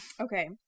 Okay